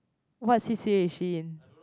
what she says she in